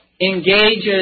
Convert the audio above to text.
engages